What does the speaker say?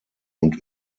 und